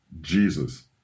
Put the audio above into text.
Jesus